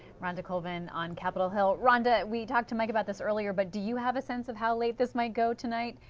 rhonda coven on capitol hill. rhonda, we talked to mike about this earlier but did you have a sense of how this might go tonight?